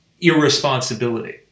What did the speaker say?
irresponsibility